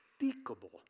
unspeakable